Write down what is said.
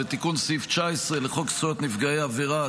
ותיקון סעיף 19 לחוק זכויות נפגעי עבירה,